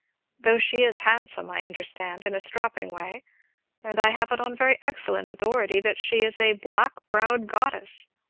though she is handsome, i understand in a strapping way and i have it on very excellent authority that she is a black-browed goddess,